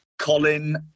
Colin